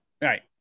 Right